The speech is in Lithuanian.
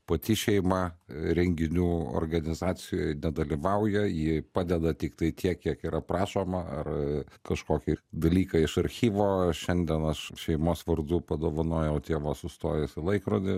pati šeima renginių organizacijoj nedalyvauja jai padeda tiktai tiek kiek yra prašoma ar kažkokį dalyką iš archyvo šiandien aš šeimos vardu padovanojau tėvo sustojus laikrodį